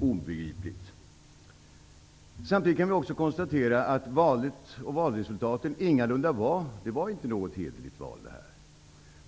obegripligt. Samtidigt kan vi konstatera att det inte var något hederligt val.